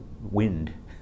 wind